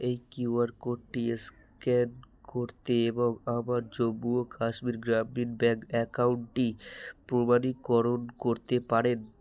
এই কিউআর কোডটি স্ক্যান করতে এবং আমার জম্মু ও কাশ্মীর গ্রামীণ ব্যাঙ্ক অ্যাকাউন্টটি প্রমাণীকরণ করতে পারেন